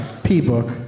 P-book